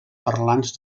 parlants